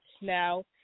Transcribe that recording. now